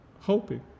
hoping